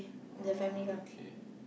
!huh! okay